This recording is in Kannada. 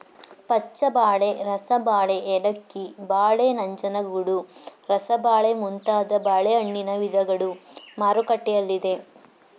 ಪಚ್ಚಬಾಳೆ, ರಸಬಾಳೆ, ಏಲಕ್ಕಿ ಬಾಳೆ, ನಂಜನಗೂಡು ರಸಬಾಳೆ ಮುಂತಾದ ಬಾಳೆಹಣ್ಣಿನ ವಿಧಗಳು ಮಾರುಕಟ್ಟೆಯಲ್ಲಿದೆ